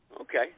Okay